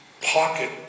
pocket